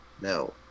no